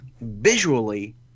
Visually